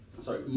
sorry